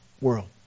world